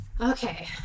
okay